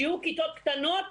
כשיהיו כיתות קטנות,